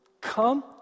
come